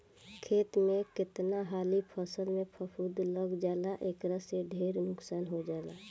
खेत में कतना हाली फसल में फफूंद लाग जाला एकरा से ढेरे नुकसान हो जाला